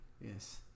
Yes